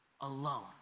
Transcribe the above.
alone